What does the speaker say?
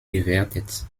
gewertet